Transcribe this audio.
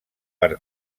per